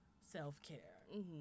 Self-care